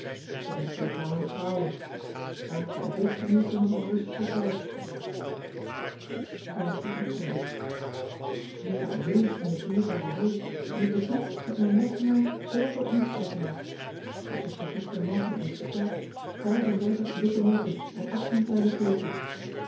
ze denkt zeker al aan trouwen dan krijg ik tenminste nog een rustigen tijd pril e zitten al weer in het dierbare hol en ik wist niet dat mijn lessenaar zooveel inktvlekken had ik heb ze gistermorgen eens geteld vijf en dertig dikke moppen en achttien kleine